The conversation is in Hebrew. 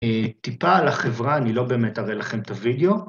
טיפה על החברה, אני לא באמת אראה לכם את הווידאו.